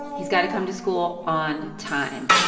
he's got to come to school on time.